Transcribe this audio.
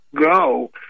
go